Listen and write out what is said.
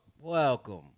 Welcome